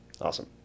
Awesome